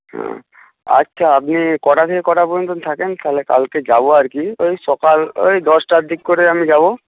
হ্যাঁ আচ্ছা আপনি কটা থেকে কটা পর্যন্ত থাকেন তাহলে কালকে যাবো আর কি ওই সকাল ওই দশটার দিক করে আমি যাবো